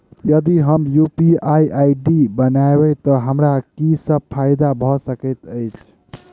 यदि हम UPI ID बनाबै तऽ हमरा की सब फायदा भऽ सकैत अछि?